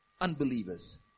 unbelievers